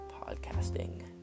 podcasting